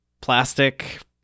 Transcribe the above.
plastic